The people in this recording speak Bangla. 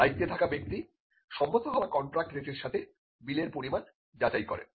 দায়িত্বে থাকা ব্যক্তি সম্মত হওয়া কন্ট্রাক্ট রেটের সাথে বিলের পরিমাণ যাচাই করেন